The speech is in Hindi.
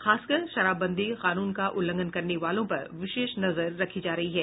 खासकर शराबबंदी कानून का उल्लंघन करने वालों पर विशेष नजर रखी जा रही है